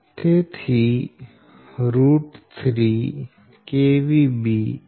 તેથી 3 B